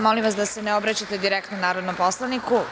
Molim vas da se ne obraćate direktno narodnom poslaniku.